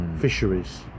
fisheries